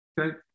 Okay